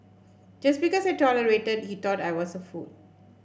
just because I tolerated he thought I was a fool